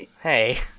Hey